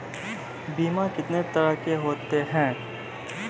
बीमा कितने तरह के होते हैं?